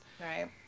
Right